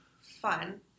fun